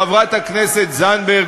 חברת הכנסת זנדברג,